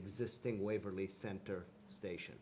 existing waverley center station